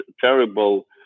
terrible